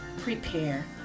prepare